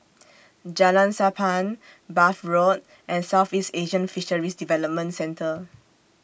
Jalan Sappan Bath Road and Southeast Asian Fisheries Development Centre